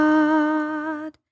God